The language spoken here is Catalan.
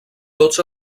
tots